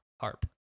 Harp